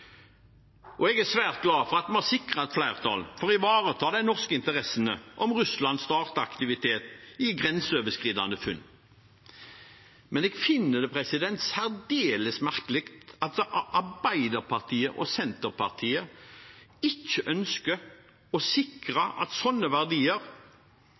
og jeg er svært glad for at vi har sikret et flertall for å ivareta de norske interessene om Russland starter aktivitet i grenseoverskridende funn. Men jeg finner det særdeles merkelig at Arbeiderpartiet og Senterpartiet ikke ønsker å